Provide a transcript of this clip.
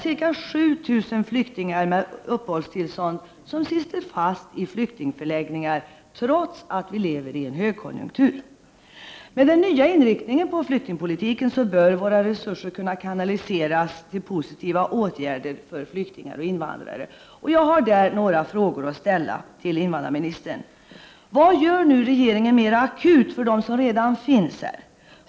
Ca 7 000 flyktingar med uppehållstillstånd sitter fast i flyktingförläggningarna, trots att vi har en högkonjunktur. Med den nya inriktningen på flyktingpolitiken bör våra resurser kunna kanaliseras till positiva åtgärder för flyktingar och invandrare. Jag har några frågor att ställa till invandrarministern. Vad gör regeringen mer akut för dem som redan finns här?